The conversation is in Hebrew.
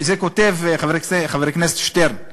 חבר הכנסת שטרן,